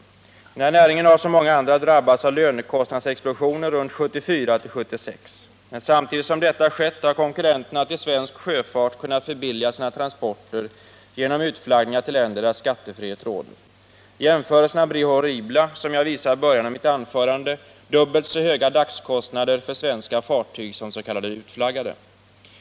Den här näringen har som många andra drabbats av den lönekostnadsexplosion som ägde rum vid tiden kring 1974-1976. Men samtidigt som detta skett har konkurrenterna till svensk sjöfart kunnat förbilliga sina transporter genom utflaggningar till länder där skattefrihet råder. Jämförelserna blir, som jag visade i början av mitt anförande, horribla: dubbelt så höga dagskostnader för svenska fartyg som för de s.k. utflaggade.